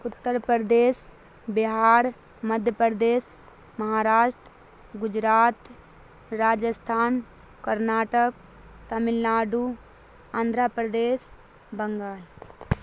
Uttar Pradesh Bihar Madhya Pradesh Maharashtra Gujarat Rajasthan Karnataka Tamil Nadu Andhra Pradesh Bengal